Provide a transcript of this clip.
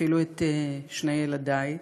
אפילו את שני ילדי,